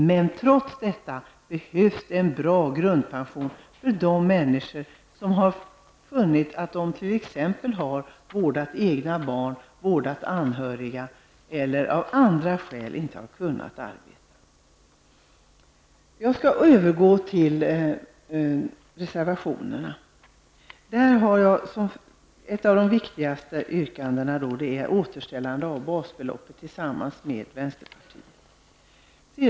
Men trots detta behövs det en bra grundpension för de människor som t.ex. har vårdat egna barn, vårdat anhöriga eller av andra skäl inte har kunnat arbeta. Jag skall övergå till reservationerna. Ett av de viktigaste yrkandena -- i en reservation tillsammans med vänsterpartiet -- gäller återställandet av basbeloppet.